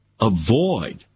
avoid